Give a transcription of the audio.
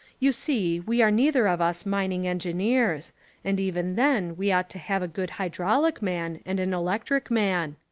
you see we are neither of us mining engineers and even then we ought to have a good hydrauhc man and an electric man.